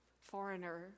foreigner